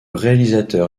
réalisateur